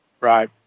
Right